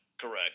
correct